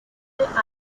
este